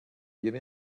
give